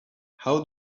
how